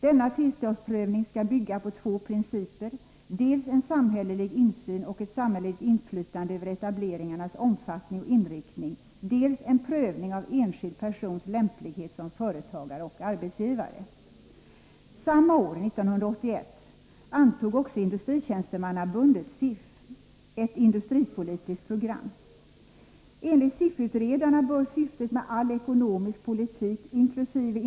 Denna tillståndsprövning skall bygga på två principer, nämligen dels en samhällelig insyn och ett samhälleligt inflytande över etableringarnas omfattning och inriktning, dels en prövning av enskild persons lämplighet som företagare och arbetsgivare. Samma år, 1981, antog också Industritjänstemannaförbundet, SIF, ett industripolitiskt program. Enligt SIF-utredarna bör syftet med all ekonomisk politik inkl.